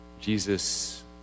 Jesus